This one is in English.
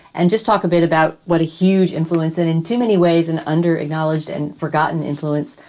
and just talk a bit about what a huge influence it in too many ways and under acknowledged and forgotten influence.